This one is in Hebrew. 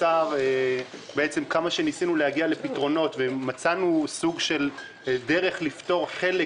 כמה שניסינו להגיע לפתרונות ולמצוא דרך לפתור את